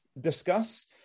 discuss